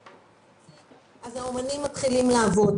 --- אז האומנים מתחילים לעבוד,